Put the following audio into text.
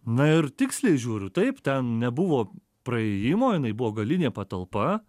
na ir tiksliai žiūriu taip ten nebuvo praėjimo jinai buvo galinė patalpa